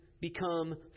become